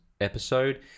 episode